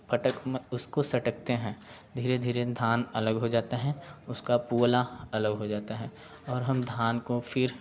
फटक म उसको सटकते हैं धीरे धीरे धान अलग हो जाता है उसका पुअला अलग हो जाता है और हम धान को फिर